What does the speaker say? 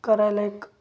करायलायक